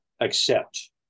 accept